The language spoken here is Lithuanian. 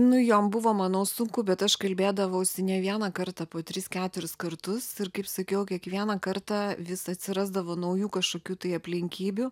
nu jom buvo manau sunku bet aš kalbėdavausi ne vieną kartą po tris keturis kartus ir kaip sakiau kiekvieną kartą vis atsirasdavo naujų kažkokių tai aplinkybių